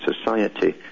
society